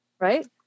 right